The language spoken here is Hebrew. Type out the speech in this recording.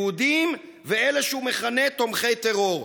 יהודים ואלה שהוא מכנה "תומכי טרור".